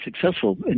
successful